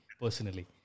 personally